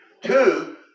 two